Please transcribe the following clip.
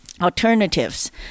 alternatives